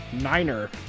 niner